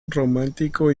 romántico